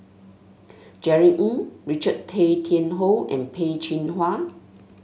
Jerry Ng Richard Tay Tian Hoe and Peh Chin Hua